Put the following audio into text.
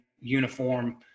uniform